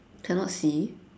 cannot see